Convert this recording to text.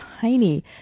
tiny